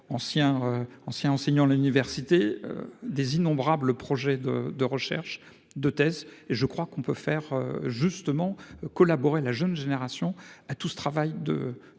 ancien enseignant l'université des innombrables projets de, de recherche de thèse et je crois qu'on peut faire justement collaborer. La jeune génération à tout ce travail de